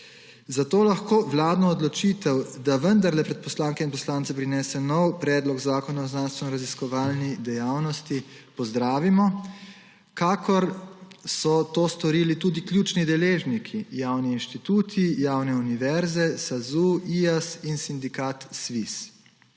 Zato lahko vladno odločitev, da vendarle pred poslanke in poslance prinese nov Predlog zakona o znanstvenoraziskovalni dejavnosti, pozdravimo, kakor so to storili tudi ključni deležniki, javni inštituti, javne univerze, Sazu, IAS in sindikat Sviz.